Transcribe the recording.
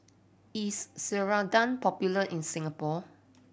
is Ceradan popular in Singapore